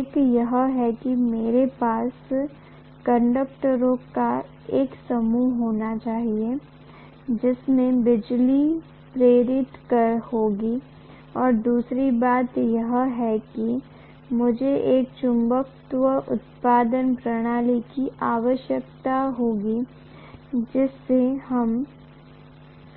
एक यह है कि मेरे पास कंडक्टरों का एक समूह होना चाहिए जिसमें बिजली प्रेरित होगी और दूसरी बात यह है कि मुझे एक चुंबकत्व उत्पादन प्रणाली की आवश्यकता होगी जिसे हम